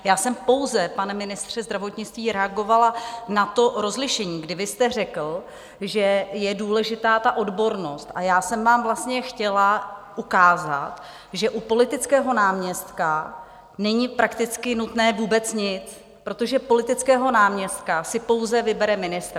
Já jsem pouze, pane ministře zdravotnictví, reagovala na rozlišení, kdy vy jste řekl, že je důležitá odbornost, a já jsem vlastně chtěla ukázat, že u politického náměstka není prakticky nutné vůbec nic, protože politického náměstka si pouze vybere ministr.